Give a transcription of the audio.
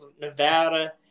Nevada